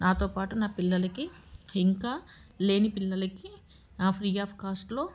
నాతో పాటు నా పిల్లలకి ఇంకా లేని పిల్లలకి నా ఫ్రీ ఆఫ్ కాస్ట్లో